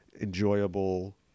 enjoyable